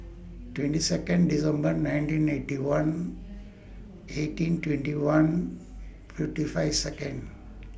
twenty Second December nineteen Eighty One eighteen twenty one fifty five Second